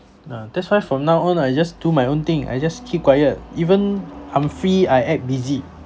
nah that's why from now on I just do my own thing I just keep quiet even I'm free I act busy